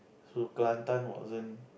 so Kelantan wasn't